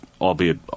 albeit